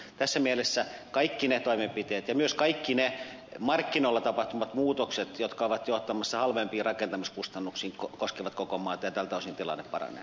tässä mielessä kaikki ne toimenpiteet ja myös kaikki ne markkinoilla tapahtuvat muutokset jotka ovat johtamassa halvempiin rakentamiskustannuksiin koskevat koko maata ja tältä osin tilanne paranee